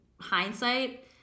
hindsight